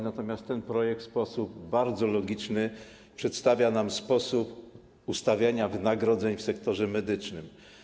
Natomiast ten projekt w sposób bardzo logiczny przedstawia nam sposób ustawiania wynagrodzeń w sektorze medycznym.